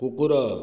କୁକୁର